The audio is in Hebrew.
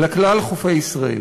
אלא לכלל חופי ישראל.